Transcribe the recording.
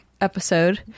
episode